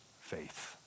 faith